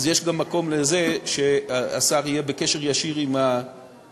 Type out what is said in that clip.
אז יש גם מקום לזה שהשר יהיה בקשר ישיר עם הכוחות